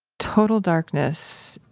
total darkness.